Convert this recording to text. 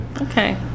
Okay